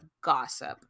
gossip